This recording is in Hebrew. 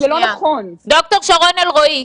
ד"ר שרון אלרעי,